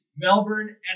Melbourne